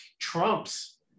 trumps